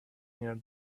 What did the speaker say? near